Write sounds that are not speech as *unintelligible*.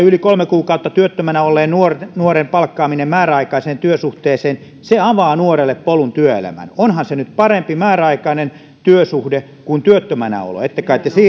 *unintelligible* yli kolme kuukautta työttömänä olleen nuoren nuoren palkkaaminen määräaikaiseen työsuhteeseen avaa nuorelle polun työelämään onhan se määräaikainen työsuhde parempi kuin työttömänä olo ette kai te